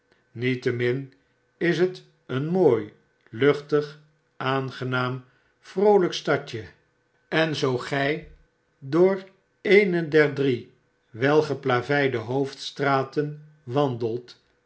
niettemin is het een mooi luchtig aangenaam vrooljjk stadje en zoo gg door eene der drie welgeplaveide hoofdstraten wandelt